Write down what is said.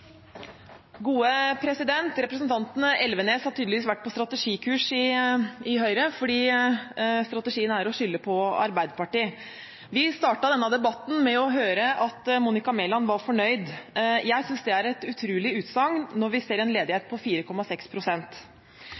å skylde på Arbeiderpartiet. Vi startet denne debatten med å høre at Monica Mæland var fornøyd. Jeg synes det er et utrolig utsagn når vi ser en ledighet på